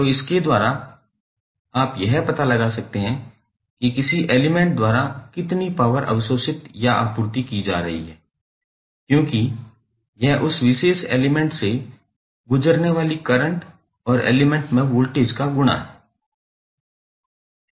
तो इसके द्वारा आप यह पता लगा सकते हैं कि किसी एलिमेंट द्वारा कितनी पॉवर अवशोषित या आपूर्ति की जा रही है क्योंकि यह उस विशेष एलिमेंट से गुजरने वाली करंट और एलिमेंट में वोल्टेज का गुणा है